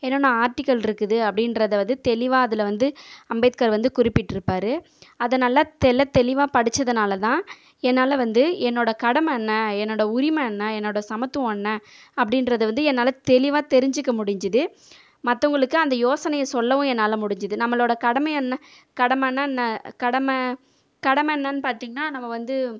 என்னென்ன ஆர்ட்டிகல் இருக்குது அப்படின்றத அது தெளிவாக அதில் வந்து அம்பேத்கர் வந்து குறிப்பிட்டிருப்பாரு அதை நல்லா தெள்ளத் தெளிவாக படித்ததுனாலதான் என்னால் வந்து என்னோடய கடமை என்ன என்னோடய உரிமை என்ன என்னோடய சமத்துவம் என்ன அப்படின்றத வந்து என்னால் தெளிவாக தெரிஞ்சுக்க முடிஞ்சுது மற்றவுங்களுக்கும் அந்த யோசனையை சொல்லவும் என்னால் முடிஞ்சுது நம்மளோட கடமையை என்ன கடமைனால் என்ன கடமை என்ன பார்த்தீங்கனா நம்ம வந்து